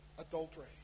adultery